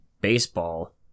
baseball